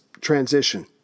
transition